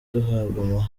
duhabwa